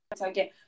again